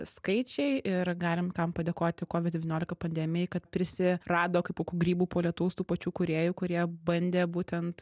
skaičiai ir galim kam padėkoti covid devyniolika pandemijai kad prisirado kaip kokių grybų po lietaus tų pačių kūrėjų kurie bandė būtent